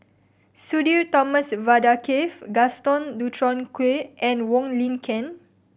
Sudhir Thomas Vadaketh Gaston Dutronquoy and Wong Lin Ken